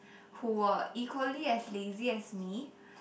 who were equally as lazy as me